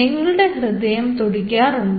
നിങ്ങളുടെ ഹൃദയം തുടിക്കാറുണ്ട്